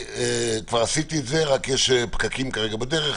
כבר עשיתי את זה, רק יש פקקים בדרך.